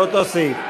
לאותו סעיף.